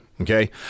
Okay